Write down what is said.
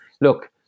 Look